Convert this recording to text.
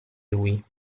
lui